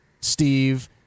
Steve